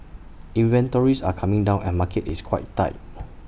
inventories are coming down and market is quite tight